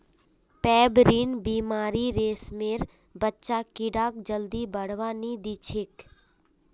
pebrine बीमारी रेशमेर बच्चा कीड़ाक जल्दी बढ़वा नी दिछेक